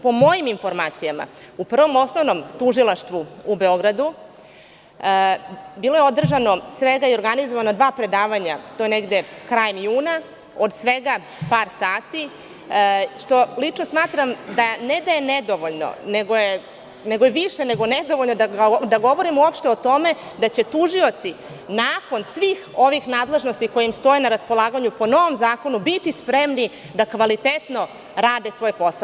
Po mojim informacijama, u Prvom osnovnom tužilaštvu u Beogradu bilo je održano i organizovano svega dva predavanja, to je negde krajem juna, od svega par sati, što lično smatram da, ne da je nedovoljno, nego je više nego nedovoljno da govorimo uopšte o tome, da će tužioci, nakon svih ovih nadležnosti koje im stoje na raspolaganju po novom zakonu, biti spremni da kvalitetno rade svoj posao.